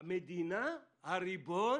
המדינה, הריבון